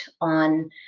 on